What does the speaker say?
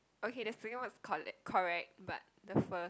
okay the second one is correct correct but the first